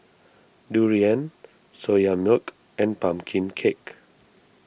Durian Soya Milk and Pumpkin Cake